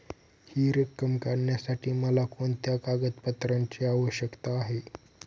हि रक्कम काढण्यासाठी मला कोणत्या कागदपत्रांची आवश्यकता आहे?